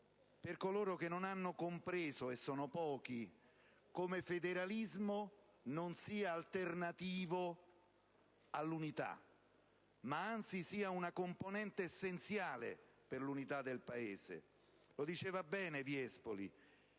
per coloro che non hanno compreso - e sono pochi - come il federalismo non sia alternativo all'unità, ma come, anzi, sia una componente essenziale per l'unità del Paese. Come ha ben detto il